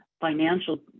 financial